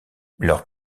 leur